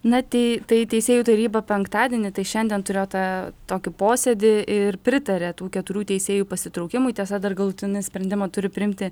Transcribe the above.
na tai tai teisėjų taryba penktadienį tai šiandien turėjo tą tokį posėdį ir pritarė tų keturių teisėjų pasitraukimui tiesa dar galutinį sprendimą turi priimti